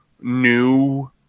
new